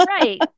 right